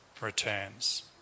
returns